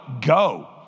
go